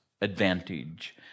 advantage